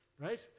Right